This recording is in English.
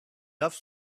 loves